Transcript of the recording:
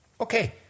Okay